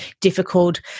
difficult